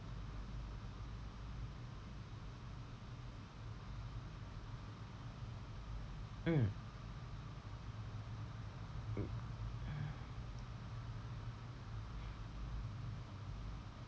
mm